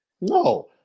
No